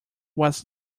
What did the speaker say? was